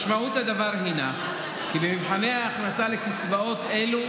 משמעות הדבר הינה כי במבחני ההכנסה לקצבאות אלו